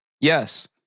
Yes